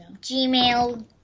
Gmail